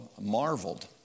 marveled